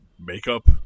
makeup